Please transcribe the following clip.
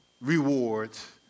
rewards